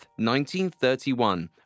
1931